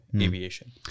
aviation